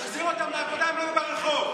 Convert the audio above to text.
תחזיר אותם לעבודה, הם לא יהיו ברחוב.